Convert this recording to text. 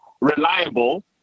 reliable